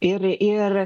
ir ir